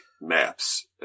maps